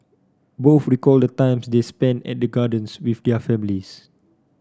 both recalled the times they spent at the gardens with their families